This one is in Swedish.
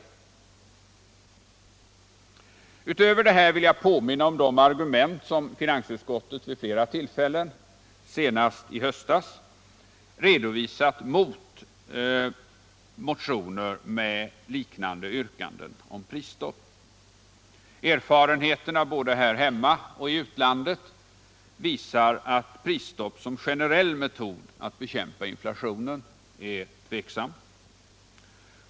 Finansdebatt Finansdebatt Utöver det här vill jag påminna om de argument som finansutskottet vid flera tidigare tillfällen, senast i höstas, använt mot liknande motioner med yrkanden om prisstopp. Erfarenheterna både här hemma och i utlandet visar all prisstopp som generell metod att bekämpa inflationen är tveksam.